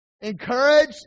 Encourage